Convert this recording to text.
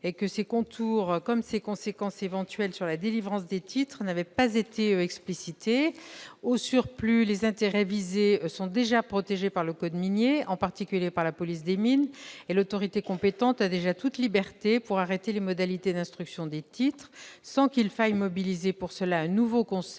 et que ses contours comme ses conséquences éventuelles sur la délivrance des titres n'avaient pas été explicités. Au surplus, les intérêts visés sont déjà protégés par le code minier, en particulier par la police des mines, et l'autorité compétente a déjà toute liberté pour arrêter les modalités d'instruction des titres, sans qu'il faille mobiliser pour cela un nouveau concept